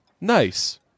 Nice